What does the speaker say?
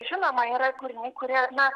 žinoma yra kūriniai kurie na